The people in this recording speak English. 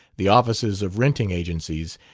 the offices of renting agencies,